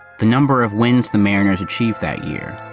the number of wins the mariners achieved that year.